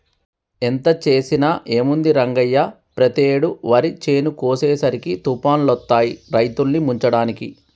ఎంత చేసినా ఏముంది రంగయ్య పెతేడు వరి చేను కోసేసరికి తుఫానులొత్తాయి రైతుల్ని ముంచడానికి